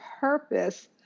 purpose